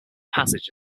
passage